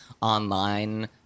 online